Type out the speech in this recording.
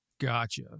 Gotcha